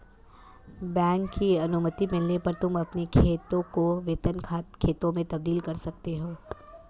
bank की अनुमति मिलने पर तुम अपने खाते को वेतन खाते में तब्दील कर सकते हो